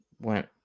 went